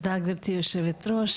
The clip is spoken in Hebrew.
תודה גבירתי היו"ר.